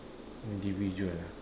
individual ah